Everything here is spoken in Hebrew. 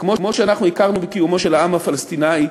כמו שאנחנו הכרנו בקיומו של העם הפלסטיני,